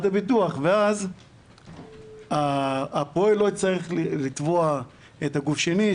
הביטוח ואז הפועל לא יצטרך לתבוע גוף שני,